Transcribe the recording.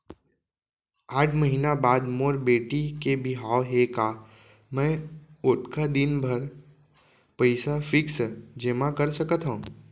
आठ महीना बाद मोर बेटी के बिहाव हे का मैं ओतका दिन भर पइसा फिक्स जेमा कर सकथव?